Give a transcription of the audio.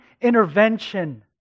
intervention